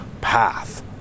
path